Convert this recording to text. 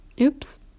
oops